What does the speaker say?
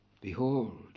Behold